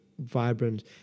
vibrant